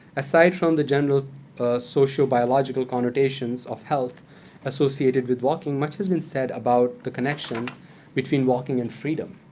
aside from the general social-biological connotations of health associated with walking, much has been said about the connection between walking and freedom.